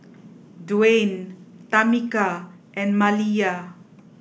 Dwain Tamika and Maliyah